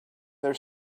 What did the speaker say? their